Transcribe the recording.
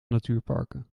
natuurparken